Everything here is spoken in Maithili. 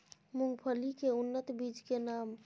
मूंगफली के उन्नत बीज के नाम?